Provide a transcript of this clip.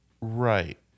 Right